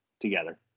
together